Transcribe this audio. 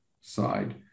side